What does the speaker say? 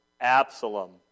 Absalom